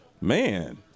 Man